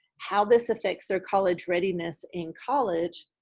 how this affects their college readiness in college,